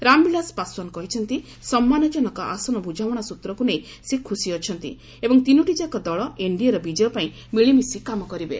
ରାମବିଳାସ ପାଶ୍ୱାନ କହିଛନ୍ତି ସମ୍ମାନଜନକ ଆସନ ବୁଝାମଣା ସ୍ୱତ୍ରକୁ ନେଇ ସେ ଖୁସି ଅଛନ୍ତି ଏବଂ ତିନୋଟିଯାକ ଦଳ ଏନ୍ଡିଏର ବିଜୟ ପାଇଁ ମିଳିମିଶି କାମ କରିବେ